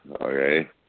Okay